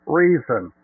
reason